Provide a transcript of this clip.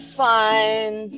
fine